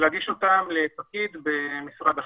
ולהגיש אותם לפקיד במשרד החינוך.